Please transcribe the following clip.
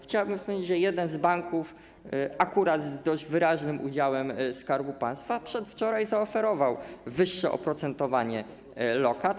Chciałbym wspomnieć, że jeden z banków, akurat z dość wyraźnym udziałem Skarbu Państwa, przedwczoraj zaoferował wyższe oprocentowanie lokat.